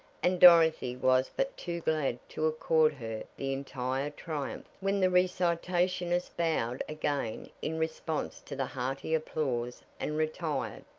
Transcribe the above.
and dorothy was but too glad to accord her the entire triumph, when the recitationist bowed again in response to the hearty applause and retired.